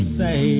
say